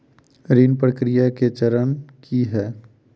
ऋण प्रक्रिया केँ चरण की है?